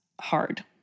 hard